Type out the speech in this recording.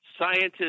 Scientists